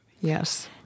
Yes